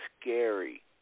scary